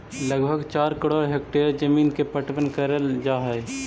लगभग चार करोड़ हेक्टेयर जमींन के पटवन करल जा हई